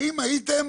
האם הייתם